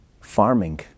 farming